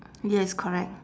yes correct